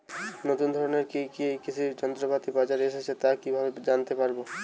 নতুন ধরনের কি কি কৃষি যন্ত্রপাতি বাজারে এসেছে তা কিভাবে জানতেপারব?